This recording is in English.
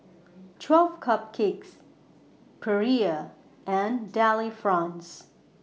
twelve Cupcakes Perrier and Delifrance